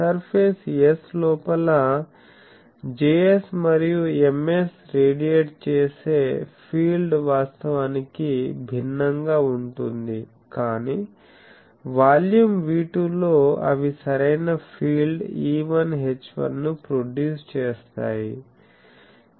surface S లోపల Js మరియు Ms radiate చేసే ఫీల్డ్ వాస్తవానికి భిన్నంగా ఉంటుంది కాని వాల్యూమ్ V2 లో అవి సరైన ఫీల్డ్ E1 H1 ను ప్రొడ్యూస్ చేస్తాయి